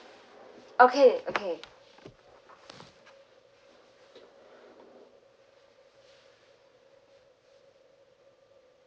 okay okay